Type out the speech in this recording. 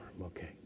Okay